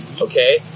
Okay